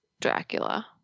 Dracula